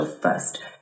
first